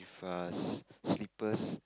with err slippers